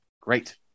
Great